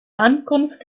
ankunft